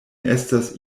estas